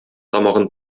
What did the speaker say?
тамагын